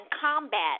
combat